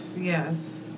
Yes